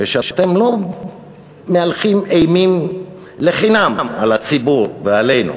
ואתם לא מהלכים אימים לחינם על הציבור ועלינו,